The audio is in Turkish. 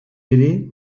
biri